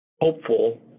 hopeful